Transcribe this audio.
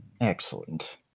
Excellent